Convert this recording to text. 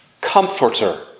comforter